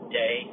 day